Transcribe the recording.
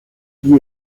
qui